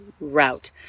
route